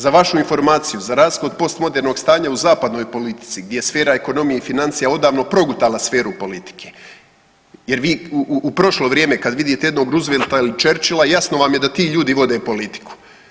Za vašu informaciju za rashod postmodernog stanja u zapadnoj politici gdje je sfera ekonomije i financija odavno progutala sferu politike jer vi u prošlo vrijeme kad vidite jednog Roosevelta ili Churchilla jasno vama je da ti ljudi vode politiku.